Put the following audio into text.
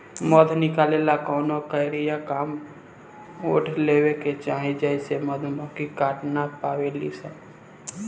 मध निकाले ला कवनो कारिया कमर ओढ़ लेवे के चाही जेसे मधुमक्खी काट ना पावेली सन